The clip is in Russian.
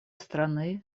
страны